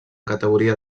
categoria